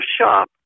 shop